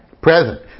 present